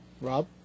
Rob